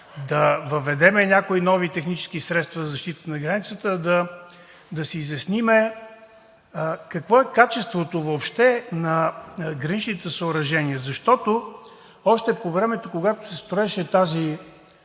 да въведем някои нови технически средства за защита на границата, да си изясним какво е качеството въобще на граничните съоръжения. Защото още по времето, когато се строеше това